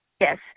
Yes